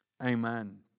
Amen